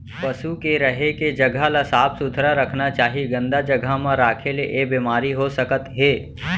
पसु के रहें के जघा ल साफ सुथरा रखना चाही, गंदा जघा म राखे ले ऐ बेमारी हो सकत हे